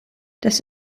das